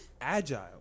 agile